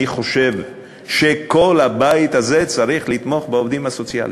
ואני חושב שכל הבית הזה צריך לתמוך בעובדים הסוציאליים,